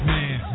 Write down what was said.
Man